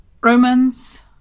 Romans